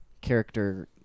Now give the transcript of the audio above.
character